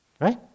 right